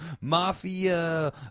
mafia